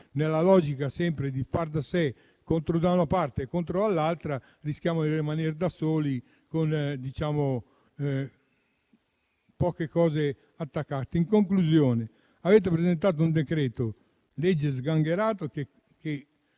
nella logica sempre di far da sé contro una parte e contro l'altra, rischiamo di rimanere da soli con poche cose attaccate. In conclusione, avete presentato un decreto-legge sgangherato che